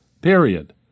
Period